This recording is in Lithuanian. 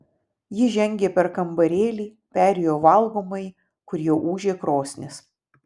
ji žengė per kambarėlį perėjo valgomąjį kur jau ūžė krosnis